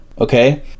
Okay